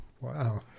Wow